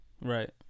Right